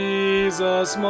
Jesus